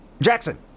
Jackson